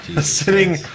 Sitting